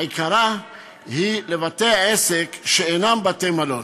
עיקרה הוא לבתי-העסק שאינם בתי-מלון.